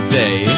day